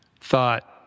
thought